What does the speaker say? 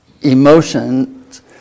emotions